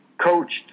coached